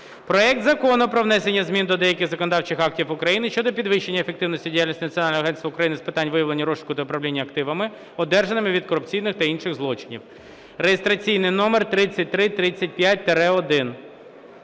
проект Закону про внесення змін до деяких законодавчих актів України щодо підвищення ефективності діяльності Національного агентства України з питань виявлення, розшуку та управління активами, одержаними від корупційних та інших злочинів (реєстраційний номер 3335-1).